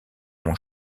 mon